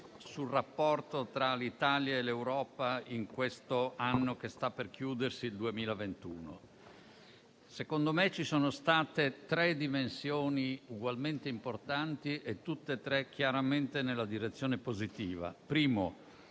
sul rapporto tra l'Italia e l'Europa in questo anno che sta per chiudersi, il 2021. Secondo me, ci sono state tre dimensioni ugualmente importanti e tutte e tre chiaramente nella direzione positiva. Primo: